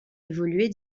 évoluer